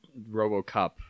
RoboCop